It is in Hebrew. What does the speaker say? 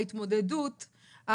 ההתמודדות,